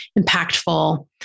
impactful